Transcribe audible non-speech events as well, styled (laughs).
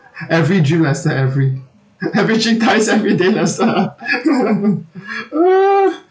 every dream lester every (laughs) every three times every day lester (laughs)